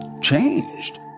changed